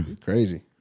Crazy